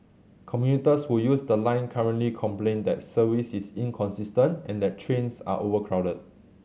commuters who use the line currently complain that service is inconsistent and that trains are overcrowded